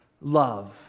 love